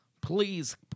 Please